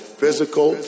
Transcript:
physical